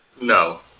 No